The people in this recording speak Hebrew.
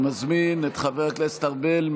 ומזמין את חבר הכנסת ארבל,